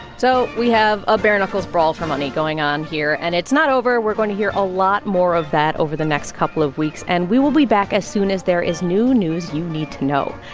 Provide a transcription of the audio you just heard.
so we have a bare-knuckles brawl for money going on here. and it's not over. we're going to hear a lot more of that over the next couple of weeks. and we will be back as soon as there is new news you need to know.